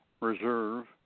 Reserve